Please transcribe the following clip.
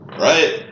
Right